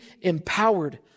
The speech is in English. empowered